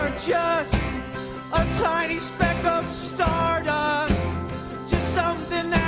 ah just a tiny speck of star just something